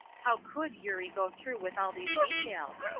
how could eurie go through with all these details?